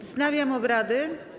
Wznawiam obrady.